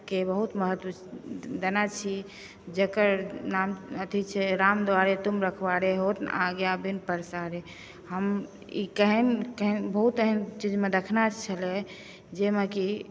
के बहुत महत्व देने छी जकर नाम अथी छै रामदुआरे तुम रखवारे होत न आज्ञा बिनु पैसारे हम ई केहन केहन बहुत एहन चीजमे देखने छलियै जाहिमे कि